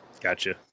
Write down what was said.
Gotcha